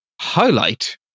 highlight